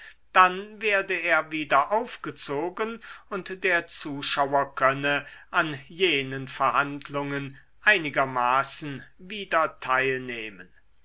dann werde er wieder aufgezogen und der zuschauer könne an jenen verhandlungen einigermaßen wieder teilnehmen